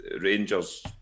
Rangers